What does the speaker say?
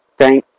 thank